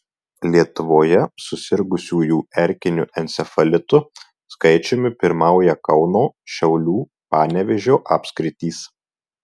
lietuvoje susirgusiųjų erkiniu encefalitu skaičiumi pirmauja kauno šiaulių panevėžio apskritys